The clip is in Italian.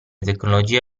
tecnologie